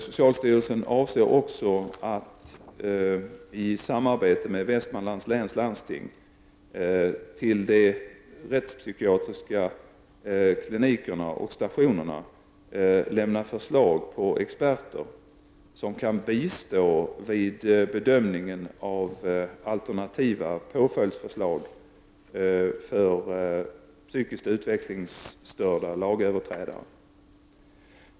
Socialstyrelsen avser också att i samarbete med Västmanlands läns landsting till de rättspsykiatriska klinikerna och stationerna lämna förslag på experter som kan bistå vid bedömningen av alternativa påföljdsförslag för psykiskt utvecklingsstörda lagöverträdare.